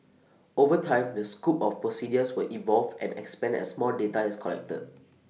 over time the scope of procedures will evolve and expand as more data is collected